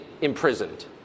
imprisoned